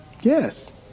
Yes